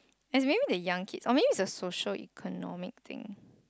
is maybe the young kids or maybe is a socio-economic thing